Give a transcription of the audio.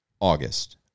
August